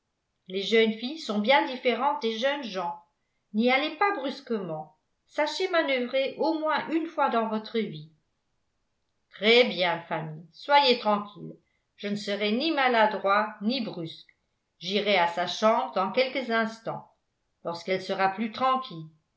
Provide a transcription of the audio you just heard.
les jeunes filles sont bien différentes des jeunes gens n'y allez pas brusquement sachez manœuvrer au moins une fois dans votre vie très-bien fanny soyez tranquille je ne serai ni maladroit ni brusque j'irai à sa chambre dans quelques instants lorsqu'elle sera plus tranquille